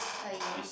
oh ya